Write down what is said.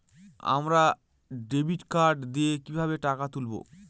আমরা debit card দিয়ে কিভাবে টাকা তুলবো?